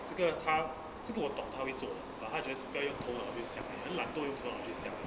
这个他这个我懂他会做 eh but 他 just 别要用头脑会想他很懒惰用头脑就想